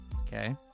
okay